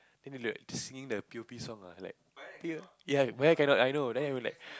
then they were like singing the p_o_p song ah like ya by right cannot I know then I were like